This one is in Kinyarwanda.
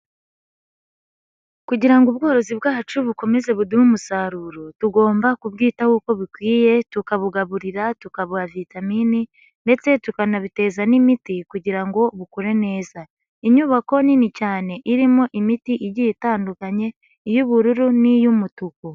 Kugira ngo ubworozi bwacu bukomeze buduhe umusaruro tugomba kubwitaho uko bikwiye tukabugaburira, tukaba vitamini, ndetse tukanabiteza n'imiti kugira ngo buku neza. Inyubako nini cyane irimo imiti igiye itandukanye iy'ubururu n'iy'umutuku.